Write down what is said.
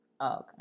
Okay